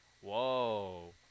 Whoa